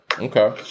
Okay